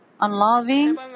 unloving